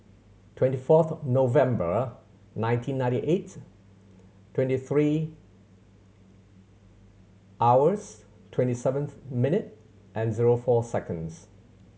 twenty fourth November nineteen ninety eight twenty three hours twenty seven minute and zero four seconds